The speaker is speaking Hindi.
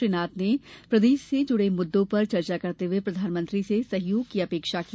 श्री नाथ ने प्रदेश से जुड़े मुद्दों पर चर्चा करते हुए प्रधानमंत्री से सहयोग की अपेक्षा की